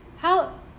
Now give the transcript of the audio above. how